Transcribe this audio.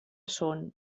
són